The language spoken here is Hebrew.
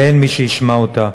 ואין מי שישמע אותה.